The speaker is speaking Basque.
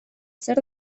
zer